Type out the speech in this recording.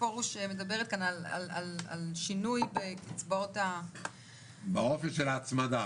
פרוש שמדברת כאן על שינוי בקצבאות --- באופן של ההצמדה.